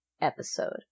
episode